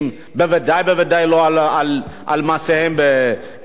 ודאי וודאי לא על מעשיהם ב"מרמרה",